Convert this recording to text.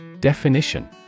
Definition